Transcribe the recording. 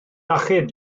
achub